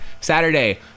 Saturday